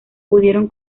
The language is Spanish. pudiendo